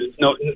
No